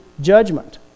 judgment